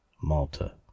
Malta